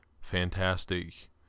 fantastic